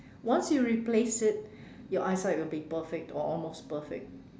once you replace it your eyesight will be perfect or almost perfect